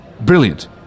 Brilliant